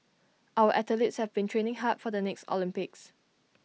our athletes have been training hard for the next Olympics